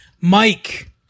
Mike